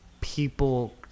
people